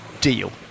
deal